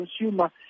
consumer